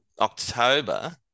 October